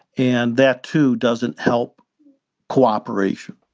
and that, too, doesn't help cooperation